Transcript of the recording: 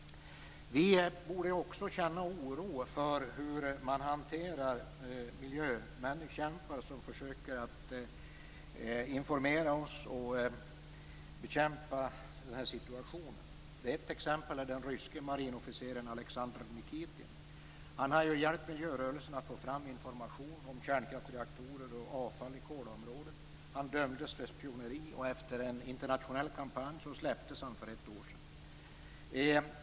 Vi borde också känna oro inför hur man hanterar miljökämpar som försöker informera oss och bekämpa den här situationen. Ett exempel är den ryske marinofficeren Alexandr Nikitin. Han hade hjälpt miljörörelsen att få fram information om kärnkraftreaktorer och avfall i Kolaområdet och dömdes för spioneri. Efter en internationell kampanj släpptes han för ett år sedan.